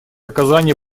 оказание